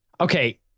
Okay